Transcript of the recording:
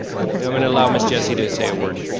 i'm gonna allow ms. jessie to say a word.